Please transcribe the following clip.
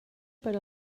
per